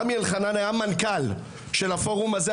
רמי אלחנן היה מנכ"ל של הפורום הזה.